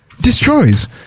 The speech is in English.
destroys